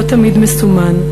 לא תמיד מסומן.